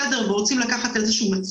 אני רוצה לתת דוגמה בולטת לניצול ציני